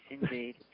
indeed